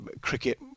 cricket